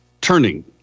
turning